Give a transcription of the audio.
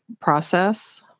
process